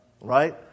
Right